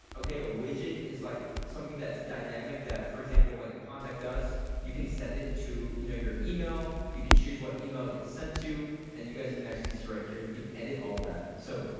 okay? a widget is like something that's dynamic that for example like a contact us. you can send it to you know your email. you can choose what email it gets sent to and you guys can actually see right here. you can edit all of that. so,